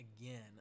again